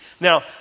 Now